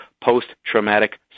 post-traumatic